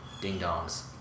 ding-dongs